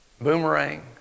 Boomerang